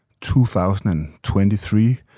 2023